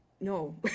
no